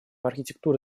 архитектуры